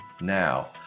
now